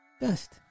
dust